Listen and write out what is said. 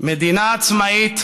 מדינה עצמאית,